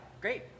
great